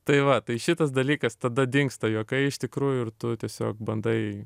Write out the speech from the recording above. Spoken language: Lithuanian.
tai va tai šitas dalykas tada dingsta juokai iš tikrųjų ir tu tiesiog bandai